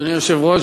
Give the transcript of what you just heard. אדוני היושב-ראש,